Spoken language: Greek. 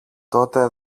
τότε